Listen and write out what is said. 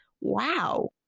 Wow